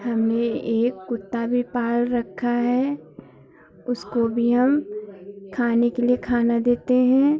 हमने एक कुत्ता भी पाल रखा है उसको भी हम खाने के लिए खाना देते हैं